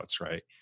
right